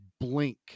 blink